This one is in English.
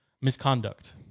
misconduct